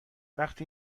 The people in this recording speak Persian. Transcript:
وقتی